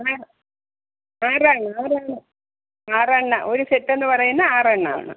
ആറാണ് ആറാണ് ആറ് എണ്ണമാണ് ഒരു സെറ്റ് എന്ന് പറയുന്നത് ആറ് എണ്ണമാണ്